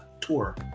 tour